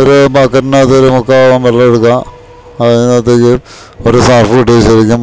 ഒരു ബക്കറ്റിനകത്ത് ഒരു മുക്കാൽ ഭാഗം വെള്ളം എടുക്കാൻ അതിനകത്തേക്ക് ഒരു സർഫ് ഇട്ട് ശരിക്കും